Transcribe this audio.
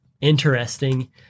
interesting